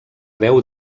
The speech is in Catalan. veu